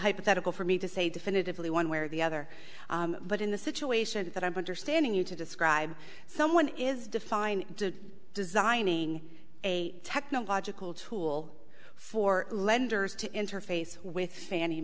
hypothetical for me to say definitively one way or the other but in the situation that i understanding you to describe someone is defined designing a technological tool for lenders to interface with fann